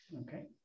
Okay